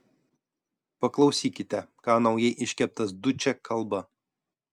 paklausykite ką naujai iškeptas dučė kalba